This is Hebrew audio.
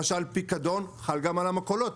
חוק הפיקדון חל גם על המכולות,